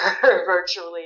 virtually